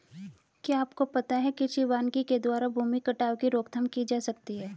क्या आपको पता है कृषि वानिकी के द्वारा भूमि कटाव की रोकथाम की जा सकती है?